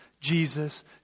Jesus